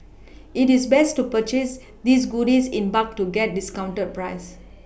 it is best to purchase these goodies in bulk to get discounted prices